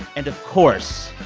and of course,